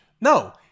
No